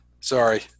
Sorry